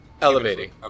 Elevating